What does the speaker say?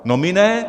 No my ne.